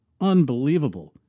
Unbelievable